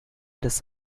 des